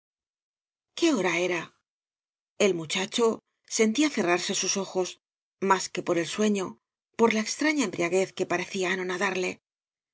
qaé hora era el muchacho sentía cerrarse bus ojos más que por la sueño por la extraña embriaguez que parecía anonadarle